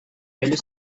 railway